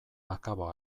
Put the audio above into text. akabo